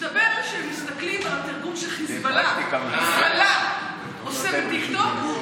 מסתבר שהם מסתכלים על תרגום שחיזבאללה עושה בטיקטוק,